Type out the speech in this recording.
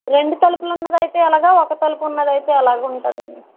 రెండు తలుపులు ఉన్నది అయితే ఎలాగా ఒక తలుపు ఉన్నది అయితే ఎలాగా ఉంటుంది